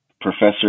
Professor